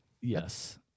Yes